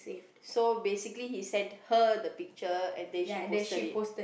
so basically he send her the picture and then she posted it